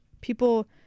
people